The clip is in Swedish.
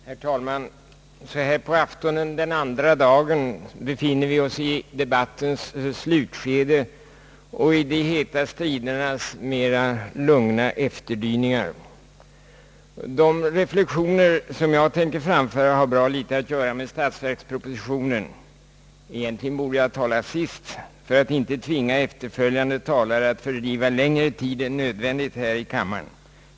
Herr talman! Så här på aftonen den andra dagen befinner vi oss i debattens slutskede och i de heta stridernas mera lugna efterdyningar. De reflexioner som jag tänker framföra har bra litet att göra med statsverkspropositionen. Egentligen borde jag tala sist för att inte tvinga efterföljande talare att fördriva längre tid än nödvändigt här i kammaren.